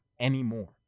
anymore